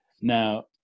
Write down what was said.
Now